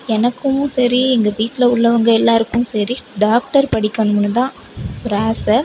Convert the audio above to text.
எனக்கும் சரி எங்கள் வீட்டில் உள்ளவங்க எல்லாருக்கும் சரி டாக்டர் படிக்கணும்னு தான் ஒரு ஆசை